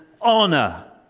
honor